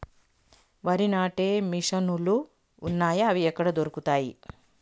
వరి నాటే మిషన్ ను లు వున్నాయా? అవి ఎక్కడ దొరుకుతాయి?